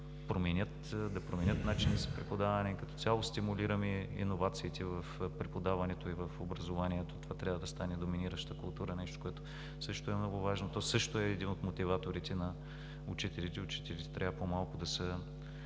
да променят начина си на преподаване. Като цяло стимулираме иновациите в преподаването и в образованието. Това трябва да стане доминираща култура – нещо, което също е много важно. То също е един от мотиваторите на учителите. Те трябва по-малко да се